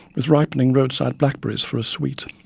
with ripening roadside blackberries for a sweet.